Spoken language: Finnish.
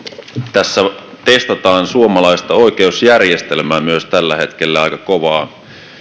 tässä myös testataan suomalaista oikeusjärjestelmää tällä hetkellä aika kovaa